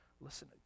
listen